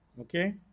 okay